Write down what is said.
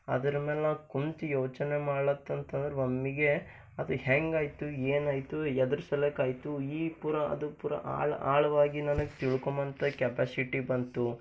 ಅದ್ರಮೇಲೆ ನಾ ಕುಂತು ಯೋಚನೆ ಮಾಡ್ಲಾತಂತಂದರ ಒಮ್ಮೆಗೆ ಅದು ಹೇಗಾಯ್ತು ಏನು ಆಯಿತು ಎದ್ರ ಸಲಕ್ಕ ಆಯಿತು ಈ ಪೂರ ಅದು ಪೂರ ಆಳ ಆಳವಾಗಿ ನನಗೆ ತಿಳ್ಕೊಂಬಂಥ ಕೆಪಾಸಿಟಿ ಬಂತು